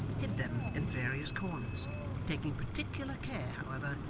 hid them in various corners taking particular care, however,